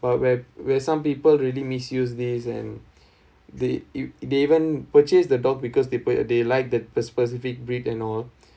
but where where some people really misuse these and they they even purchase the dog because they per they like that that specific breed and all